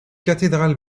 cathédrale